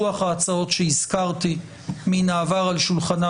חוק פרטיות ברוח ההצעות שהזכרתי מן העבר.